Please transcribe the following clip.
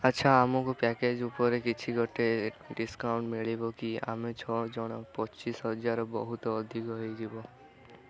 ଆଚ୍ଛା ଆମକୁ ପ୍ୟାକେଜ୍ ଉପରେ କିଛି ଗୋଟିଏ ଡିସ୍କାଉଣ୍ଟ୍ ମିଳିବ କି ଆମେ ଛଅ ଜଣ ପଚିଶ ହଜାର ବହୁତ ଅଧିକ ହେଇଯିବ